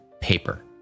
paper